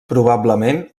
probablement